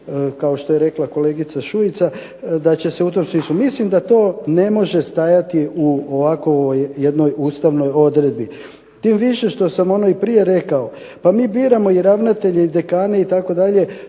kao što je rekla kolegica Šuica da će se u tom smislu, mislim da to ne može stajati u ovakvoj jednoj ustavnoj odredbi. Tim više što sam ono i prije rekao, pa mi biramo i ravnatelje i dekane itd.,